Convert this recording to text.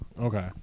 Okay